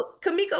Kamiko